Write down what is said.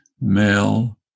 male